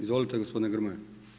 Izvolite, gospodine Grmoja.